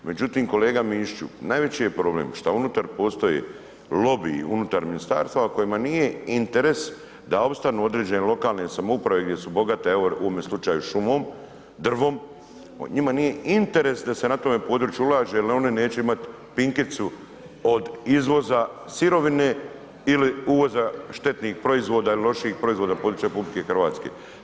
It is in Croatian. Međutim, kolega Mišiću najveći je problem što unutar postoji lobij, unutar ministarstva kojima nije interes da opstanu određene lokalne samouprave gdje su bogate u ovome slučaju šumom, drvom, njima nije interes da se na tome području ulaže jer one neće imati pinkicu od izvoza sirovine ili uvoza štetnih proizvoda ili lošijih proizvoda na području RH.